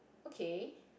okay